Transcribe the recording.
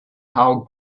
how